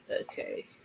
Okay